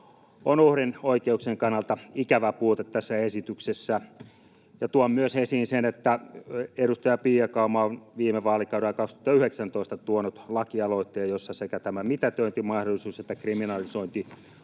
on uhrin oikeuksien kannalta ikävä puute tässä esityksessä. Ja tuon esiin myös sen, että edustaja Pia Kauma on viime vaalikaudella, 2019, tuonut lakialoitteen, jossa sekä tämä mitätöintimahdollisuus että kriminalisointi